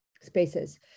spaces